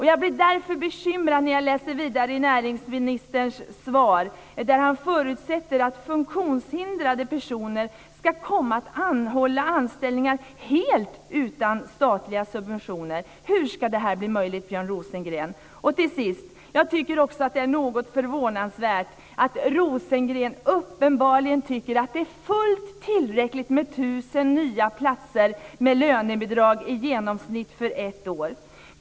Jag blir därför bekymrad när jag läser vidare i näringsministerns svar. Han förutsätter där att funktionshindrade personer ska kunna erhålla anställningar helt utan statliga subventioner. Hur ska detta bli möjligt, Björn Rosengren? Till sist tycker jag också att det är något förvånansvärt att Rosengren uppenbarligen tycker att det är fullt tillräckligt med 1 000 nya platser med lönebidrag i genomsnitt för ett år.